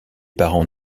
parents